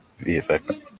VFX